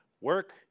work